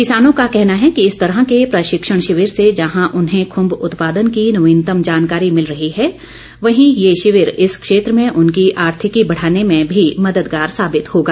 किसानों का कहना है कि इस तरह के प्रशिक्षण शिविर से जहां उन्हें खुम्ब उत्पादन की नवीनतम जानकारी मिल रही है वहीं ये शिविर इस क्षेत्र में उनकी आर्थिकी बढ़ाने में भी मददगार साबित होगा